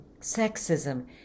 sexism